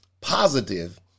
positive